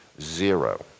Zero